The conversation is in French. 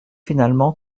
finalement